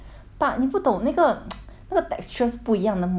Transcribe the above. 那个 textures 不一样的抹在嘴巴上的感觉那个 feel